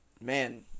man